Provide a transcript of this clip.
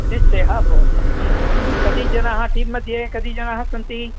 निश्चयः अभवत् कति जनाः टीं मध्ये कति जनाः सन्ति